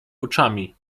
oczami